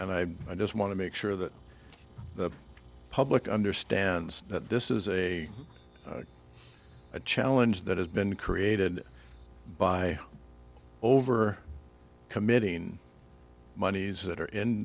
and i just want to make sure that the public understands that this is a challenge that has been created by over committing monies that are in